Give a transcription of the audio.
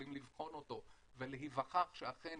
יכולים לבחון אותו ולהיווכח שאכן